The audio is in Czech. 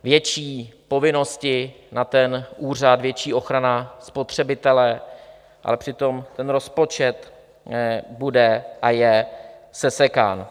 Větší povinnosti na ten úřad, větší ochrana spotřebitele, ale přitom ten rozpočet bude a je sesekán.